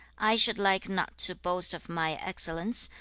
i should like not to boast of my excellence,